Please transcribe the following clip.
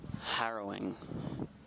harrowing